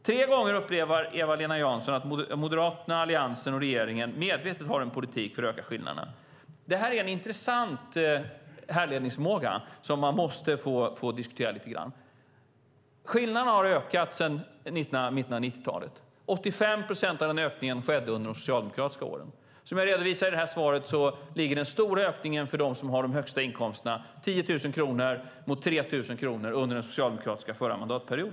Tre gånger upprepar Eva-Lena Jansson att Moderaterna, att Alliansen och regeringen, medvetet har en politik för att öka skillnaderna. Det här är en intressant härledningsförmåga som man måste få diskutera lite grann. Skillnaderna har ökat sedan 1990-talet. 85 procent av ökningen skedde under de socialdemokratiska åren. Som jag redovisat i svaret här ligger den stora ökningen för dem med de högsta inkomsterna - 3 000 kronor nu mot 10 000 kronor förra mandatperioden, under Socialdemokraterna.